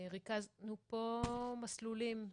ריכזנו פה מסלולים,